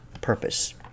purpose